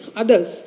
others